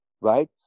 right